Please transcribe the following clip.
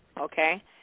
okay